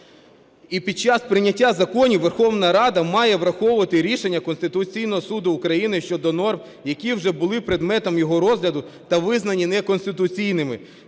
І під час прийняття законів Верховна Рада має враховувати рішення Конституційного Суду України щодо норм, які вже були предметом його розгляду та визнані неконституційними.